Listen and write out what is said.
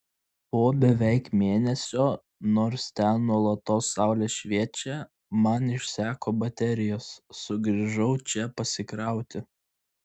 po beveik mėnesio nors ten nuolatos saulė šviečia man išseko baterijos sugrįžau čia pasikrauti